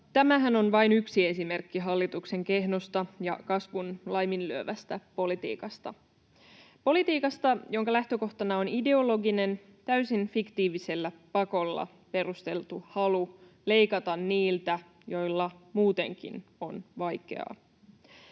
tämähän on vain yksi esimerkki hallituksen kehnosta ja kasvun laiminlyövästä politiikasta — politiikasta, jonka lähtökohtana on ideologinen, täysin fiktiivisellä pakolla perusteltu halu leikata niiltä, joilla muutenkin on vaikeaa.